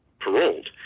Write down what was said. paroled